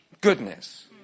goodness